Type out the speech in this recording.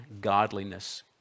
godliness